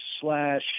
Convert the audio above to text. slash